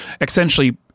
essentially